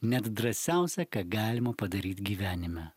net drąsiausia ką galima padaryt gyvenime